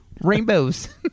Rainbows